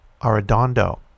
Arredondo